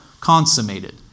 consummated